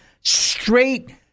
straight